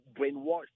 brainwashed